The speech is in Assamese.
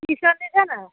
টিউচন দিছে নাই